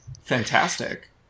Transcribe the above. Fantastic